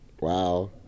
Wow